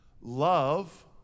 love